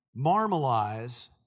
marmalize